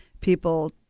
people